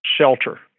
shelter